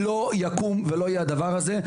לא יקום ולא יהיה הדבר הזה,